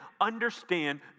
understand